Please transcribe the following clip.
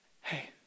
hey